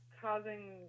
causing